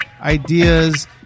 Ideas